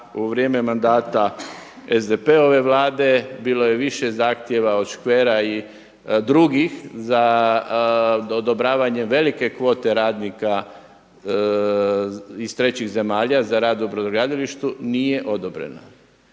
u vrijeme mandata SDP-ove Vlade bilo je više zahtjeva od škvera i drugih za odobravanje velike kvote radnika iz trećih zemalja za rad u brodogradilištu nije odobrena.